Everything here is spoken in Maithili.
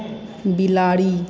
बिलाड़ि